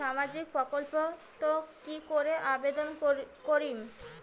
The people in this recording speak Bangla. সামাজিক প্রকল্পত কি করি আবেদন করিম?